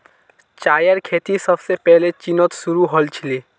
चायेर खेती सबसे पहले चीनत शुरू हल छीले